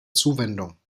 zuwendung